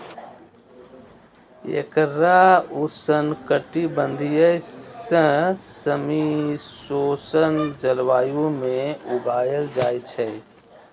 एकरा उष्णकटिबंधीय सं समशीतोष्ण जलवायु मे उगायल जाइ छै